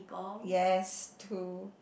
yes two